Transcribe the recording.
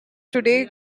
today